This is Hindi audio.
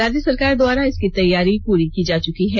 राज्य सरकार द्वारा इसकी तैयारी पूरी की जा चुकी है